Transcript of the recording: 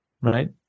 right